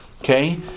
Okay